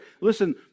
Listen